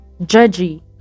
judgy